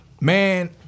Man